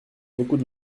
beaucoup